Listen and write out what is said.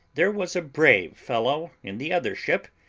there was a brave fellow in the other ship,